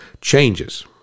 changes